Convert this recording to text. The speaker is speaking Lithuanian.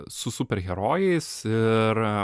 su super herojais ir